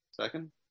Second